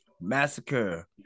Massacre